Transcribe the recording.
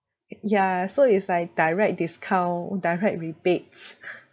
ya so it's like direct discount direct rebates